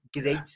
great